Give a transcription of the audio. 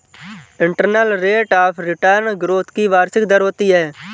internal rate of return growth की वार्षिक दर होती है